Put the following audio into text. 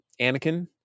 Anakin